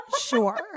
sure